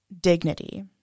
dignity